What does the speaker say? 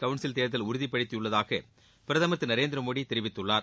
council தேர்தல் உறுதிபடுத்தியுள்ளதாக பிரதமர் திரு நரேந்திரமோடி தெரிவித்துள்ளார்